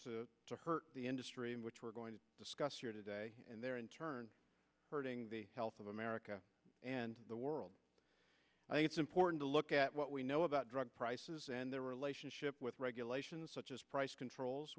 verge to hurt the industry in which we're going to discuss here today and there in turn hurting the health of america and the world i think it's important to look at what we know about drug prices and their relationship with regulations such as price controls